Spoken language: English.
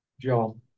job